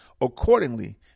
Accordingly